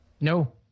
No